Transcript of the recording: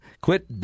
Quit